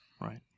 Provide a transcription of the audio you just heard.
right